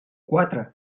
quatre